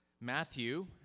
Matthew